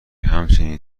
همین